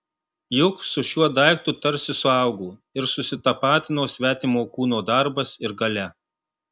juk su šiuo daiktu tarsi suaugo ir susitapatino svetimo kūno darbas ir galia